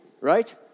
right